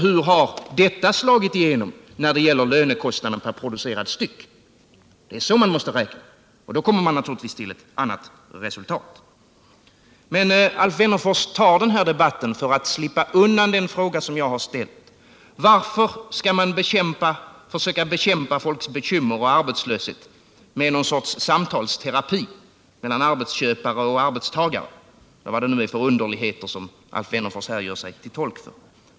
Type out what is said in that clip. Hur har dessa slagit igenom när det gäller lönekostnaderna per producerad styck? Då kommer man naturligtvis till ett annat resultat. Alf Wennerfors tar upp den här debatten för att slippa undan min fråga till honom: Varför skall man försöka bekämpa folks bekymmer och arbetslöshet med något slags samtalsterapi mellan arbetsköpare och arbetstagare? Vad är det för underligheter som Alf Wennerfors gör sig till tolk för?